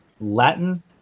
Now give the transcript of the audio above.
Latin